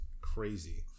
crazy